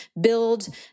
build